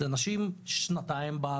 אנשים ששנתיים,